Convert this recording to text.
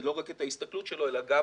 ולא רק את ההסתכלות שלו אלא גם